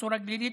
חצור הגלילית,